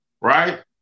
Right